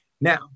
Now